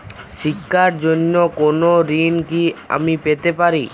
শিক্ষার জন্য কোনো ঋণ কি আমি পেতে পারি?